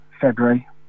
February